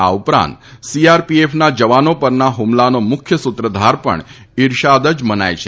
આ ઉપરાંત સીઆરપીએફના જવાનો પરના હ્મલાનો મુખ્ય સુત્રધાર પણ ઈરશાદ જ મનાય છે